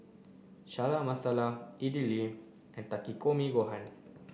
Chana Masala Idili and Takikomi Gohan